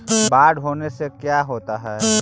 बाढ़ होने से का क्या होता है?